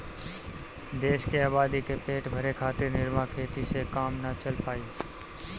देश के आबादी क पेट भरे खातिर निर्वाह खेती से काम ना चल पाई